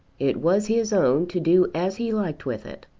it was his own to do as he liked with it.